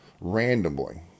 randomly